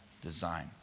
design